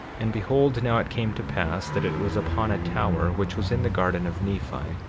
and behold, now it came to pass that it was upon a tower, which was in the garden of nephi,